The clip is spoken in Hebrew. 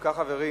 אם כך, חברים,